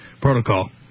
Protocol